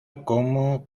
como